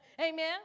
Amen